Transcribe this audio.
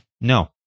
No